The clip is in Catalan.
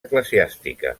eclesiàstica